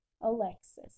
Alexis